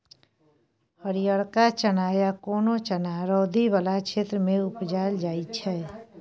हरियरका चना या कोनो चना रौदी बला क्षेत्र मे उपजाएल जाइ छै